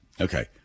Okay